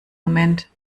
moment